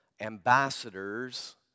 Ambassadors